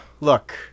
look